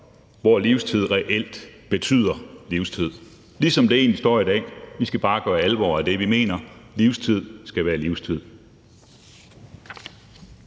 hvor livstid reelt betyder livstid – ligesom det egentlig står i dag. Vi skal bare gøre alvor af det, vi mener. Livstid skal være livstid.